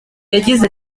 yagize